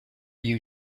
you